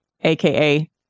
aka